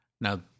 Now